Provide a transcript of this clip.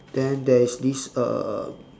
then there is this uh